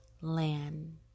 land